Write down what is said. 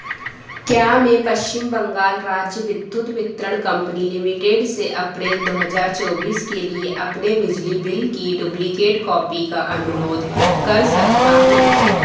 क्या मैं पश्चिम बंगाल राज्य विद्युत वितरण कंपनी लिमिटेड से अप्रैल दो हज़ार चौबीस के लिए अपने बिजली बिल की डुप्लिकेट कॉपी का अनुरोध कर सकता हूँ